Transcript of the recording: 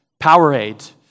Powerade